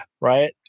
Right